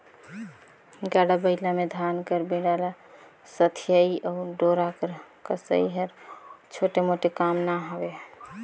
गाड़ा बइला मे धान कर बीड़ा ल सथियई अउ डोरा कर कसई हर छोटे मोटे काम ना हवे